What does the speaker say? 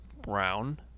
brown